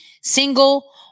single